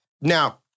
Now